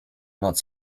noc